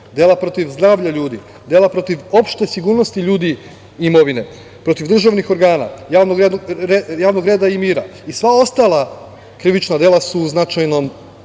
dela protiv zdravlja ljudi, dela protiv opšte sigurnosti ljudi i imovine, protiv državnih organa, javnog reda i mira i sva ostala krivična dela su u značajnom